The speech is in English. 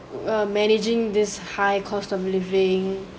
err managing this high cost of living